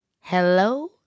Hello